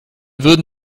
würde